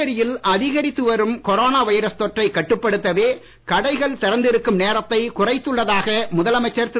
புதுச்சேரியில் அதிகரித்து வரும் கொரோனா வைரஸ் தொற்றை கட்டுப்படுத்தவே கடைகள் திறந்திருக்கும் நேரத்தைக் குறைத்துள்ளதாக முதலமைச்சர் திரு